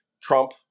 Trump